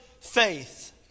faith